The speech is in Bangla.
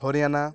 হরিয়ানা